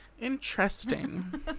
Interesting